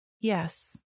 Yes